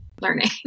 learning